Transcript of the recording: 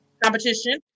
competition